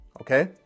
Okay